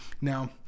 Now